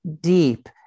deep